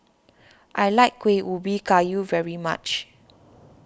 I like Kueh Ubi Kayu very much